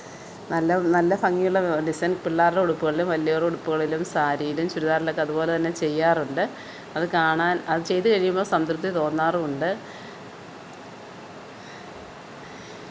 നല്ല നല്ല ഭംഗിയുള്ള ഡിസൈൻ പിള്ളാർടുടുപ്പുകളിലും വല്യവർടുടുപ്പുകളിലും സാരിയിലും ചുരിദാരിലൊക്കെ അതുപോലതന്നെ ചെയ്യാറുണ്ട് അത് കാണാൻ അത് ചെയ്തുകഴിയുമ്പോള് സംതൃപ്തി തോന്നാറുമുണ്ട്